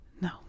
no